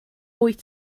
wyt